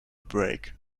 break